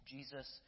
Jesus